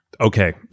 Okay